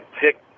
pick